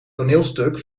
toneelstuk